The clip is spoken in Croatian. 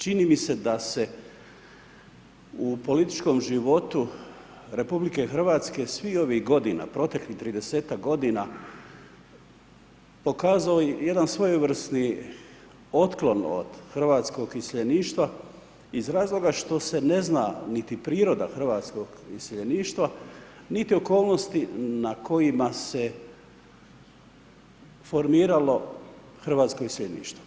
Čini mi se da se u političkom životu RH, svih ovih godina, proteklih 30-tak godina, pokazalo jedan svojevrsni otklon iz hrvatskog iseljeništva, iz razloga što se ne zna niti priroda hrvatskog iseljeništva, niti okolnosti, na kojima se formiralo hrvatsko iseljeništvo.